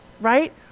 right